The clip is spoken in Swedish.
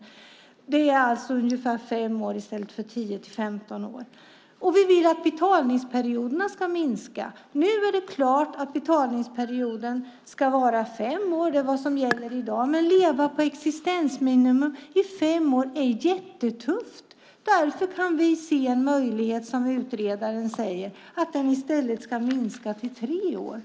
Det är alltså ungefär fem år i stället för tio till femton år. Vi vill att betalningsperioderna ska minska. Det som gäller i dag är att betalningsperioden ska vara fem år, men att leva på existensminimum i fem år är jättetufft. Därför kan vi se en möjlighet att, som utredaren säger, minska den till tre år.